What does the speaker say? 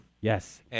Yes